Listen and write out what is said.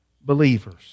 believers